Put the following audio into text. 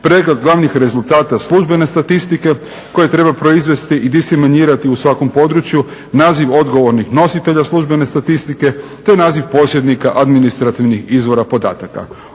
pregled glavnih rezultata službene statistike koje treba proizvesti i disemenirati u svakom području, naziv odgovornih nositelja službene statistike te naziv posjednika administrativnih izvora podataka.